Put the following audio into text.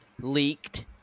leaked